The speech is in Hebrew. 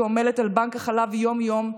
שעמלה על בנק החלב יום-יום,